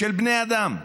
של בני אדם,